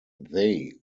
they